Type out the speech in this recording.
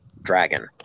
dragon